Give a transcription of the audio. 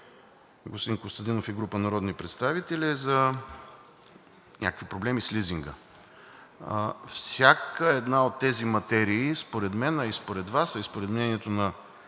господин Костадинов и група народни представители, е за някакви проблеми с лизинга. Всяка една от тези материи според мен, а и според Вас, а и според мнението на